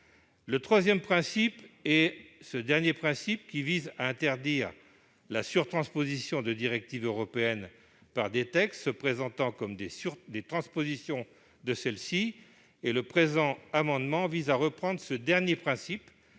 Je serais même pour un «»... Troisième principe : interdire la surtransposition de directives européennes par des textes se présentant comme des transpositions de celles-ci. Le présent amendement vise à reprendre ce dernier principe.